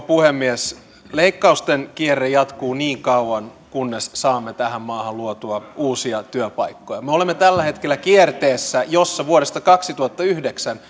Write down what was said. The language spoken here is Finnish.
puhemies leikkausten kierre jatkuu niin kauan kunnes saamme tähän maahan luotua uusia työpaikkoja me olemme tällä hetkellä kierteessä jossa vuodesta kaksituhattayhdeksän